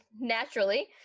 naturally